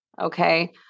okay